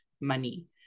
money